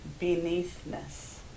beneathness